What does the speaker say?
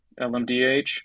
LMDH